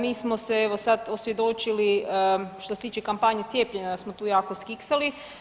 Mi smo se evo sad osvjedočili što se tiče kampanje cijepljenja da smo tu jako skiksali.